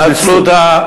רק בהתנצלות.